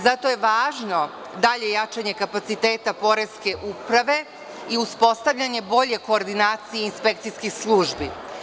Zato je važno dalje jačanje kapaciteta poreske uprave i uspostavljanje bolje koordinacije inspekcijskih službi.